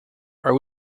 are